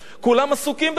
כולם עסוקים בזה,